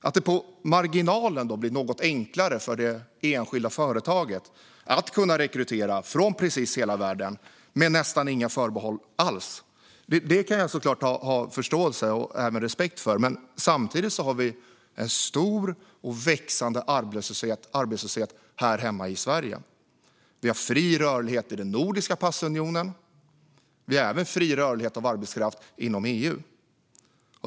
Att det på marginalen blir något enklare för det enskilda företaget att kunna rekrytera från precis hela världen med nästan inga förbehåll alls kan jag såklart ha förståelse och även respekt för, men samtidigt har vi en stor och växande arbetslöshet här hemma i Sverige. Vi har fri rörlighet i den nordiska passunionen, och vi har även fri rörlighet av arbetskraft inom EU.